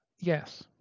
Yes